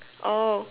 oh